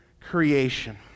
creation